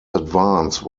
advance